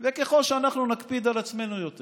וככל שאנחנו נקפיד על עצמנו יותר